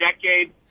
decade